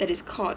that is called